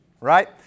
Right